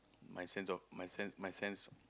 my sense of my sense my sense